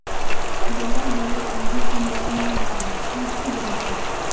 ब्याज दरेर अवधि संरचनार बारे तुइ की जान छि